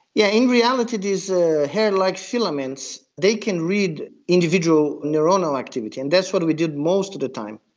yeah in reality these ah hair-like filaments, they can read individual neuronal activity and that's what we did most of the time,